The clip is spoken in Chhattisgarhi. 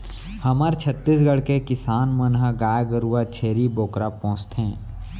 हमर छत्तीसगढ़ के किसान मन ह गाय गरूवा, छेरी बोकरा पोसथें